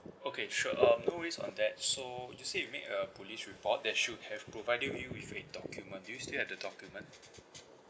okay sure um no worries on that so you said you made a police report they should have provided you with a document do you still have the document